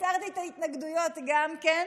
הסרתי את ההתנגדויות גם כן.